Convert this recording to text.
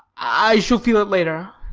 i shall feel it later!